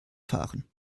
fahren